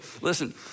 listen